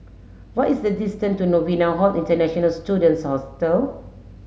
what is the distance to Novena Hall International Students Hostel